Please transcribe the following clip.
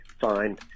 fine